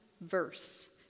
verse